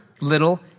little